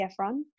Efron